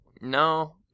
No